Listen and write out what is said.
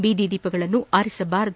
ಬೀದಿ ದೀಪಗಳನ್ನು ಆರಿಸ ಬಾರದು